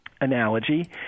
analogy